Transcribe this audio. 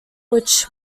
which